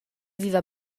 viva